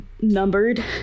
numbered